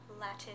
Latin